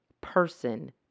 person